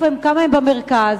כמה במרכז?